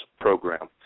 program